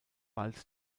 bald